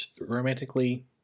romantically